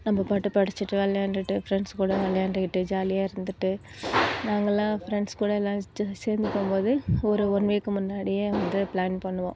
நம்மபாட்டு படிச்சிட்டு விளையாண்டுட்டு ஃப்ரெண்ட்ஸ் கூட விளையாண்டுக்கிட்டு ஜாலியாக இருந்துகிட்டு நாங்கலாம் ஃப்ரெண்ட்ஸ் கூட எல்லாரும் சேர்ந்து போகும்போது ஒரு ஒன் வீக் முன்னாடியே வந்து ப்ளான் பண்ணுவோம்